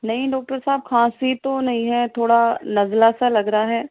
نہیں ڈاکٹر صاحب کھانسی تو نہیں ہے تھوڑا نزلہ سا لگ رہا ہے